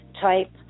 type